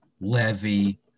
levy